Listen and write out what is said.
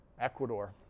Ecuador